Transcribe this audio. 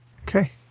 Okay